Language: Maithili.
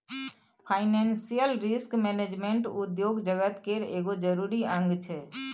फाइनेंसियल रिस्क मैनेजमेंट उद्योग जगत केर एगो जरूरी अंग छै